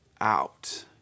out